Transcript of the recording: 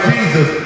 Jesus